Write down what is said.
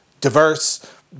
diverse